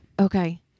Okay